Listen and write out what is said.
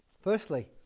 Firstly